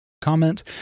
Comment